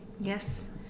Yes